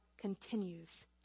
continues